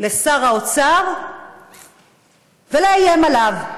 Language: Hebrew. לשר האוצר ולאיים עליו,